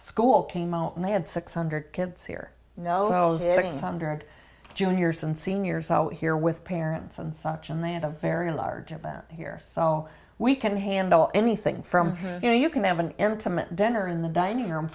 moment and they had six hundred kids here hundred juniors and seniors out here with parents and such and they had a very large event here so we can handle anything from you know you can have an intimate dinner in the dining room